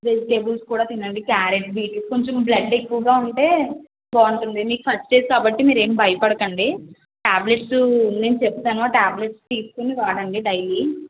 vegetables కూడా తినండి carrot beetroot కొంచెం బ్లడ్ ఎక్కువగా ఉంటే బాగుంటుంది మీకు ఫస్ట్ స్టేజ్ కాబట్టి మీరు ఏమి భయపడకండి టాబ్లెట్ నేను చెప్తాను ఆ టాబ్లెట్స్ తీసుకుని వాడండి డైలీ